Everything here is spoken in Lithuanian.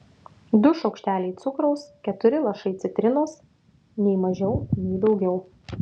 du šaukšteliai cukraus keturi lašai citrinos nei mažiau nei daugiau